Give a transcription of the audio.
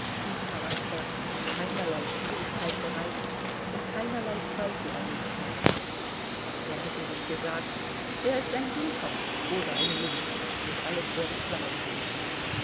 charakter keinerlei schwierigkeit bereitet und keinerlei zweifel erregt haben er hätte sich gesagt er ist ein dummkopf oder ein lump und alles wäre klar gewesen